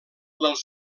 dels